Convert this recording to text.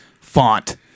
font